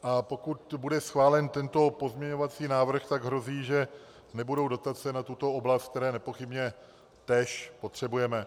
A pokud bude schválen tento pozměňovací návrh, tak hrozí, že nebudou dotace na tuto oblast, které nepochybně též potřebujeme.